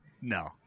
no